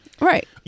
Right